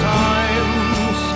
times